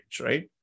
right